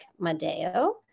Madeo